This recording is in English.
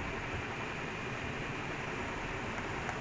lost harvards they lost volland